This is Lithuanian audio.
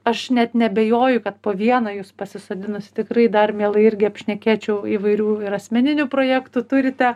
aš net neabejoju kad po vieną jus pasisodinus tikrai dar mielai irgi apšnekėčiau įvairių ir asmeninių projektų turite